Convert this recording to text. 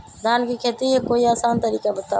धान के खेती के कोई आसान तरिका बताउ?